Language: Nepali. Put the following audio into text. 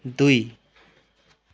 दुई